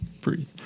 breathe